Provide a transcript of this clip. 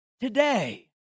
today